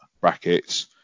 brackets